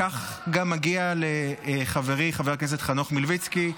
כך גם מגיע לחברי חבר הכנסת חנוך מלביצקי,